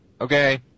okay